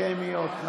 שמיות.